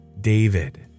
David